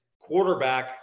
quarterback